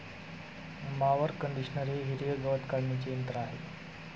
mower conditioner हे हिरवे गवत काढणीचे यंत्र आहे